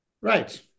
Right